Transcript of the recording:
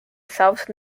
south